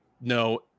no